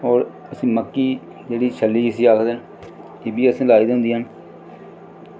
होर मक्की छल्ली जिसी आखदे न एह्बी असें लाई दियां होंदियां न